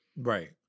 Right